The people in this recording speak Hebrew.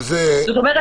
זאת אומרת,